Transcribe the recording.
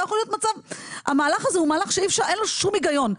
לא יכול להיות מצב המהלך הזה הוא מהלך שאין לו שום היגיון,